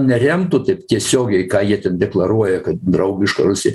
neremtų taip tiesiogiai ką jie deklaruoja kad draugiška rusija